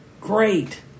great